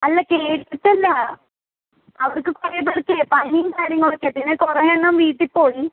അല്ല കേട്ടിട്ട് അല്ല അവർക്ക് കുറേ പേർക്ക് പനിയും കാര്യങ്ങളുമൊക്കെയാണ് പിന്നെ കുറേ എണ്ണം വീട്ടിൽ പോയി